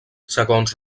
segons